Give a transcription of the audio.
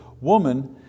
Woman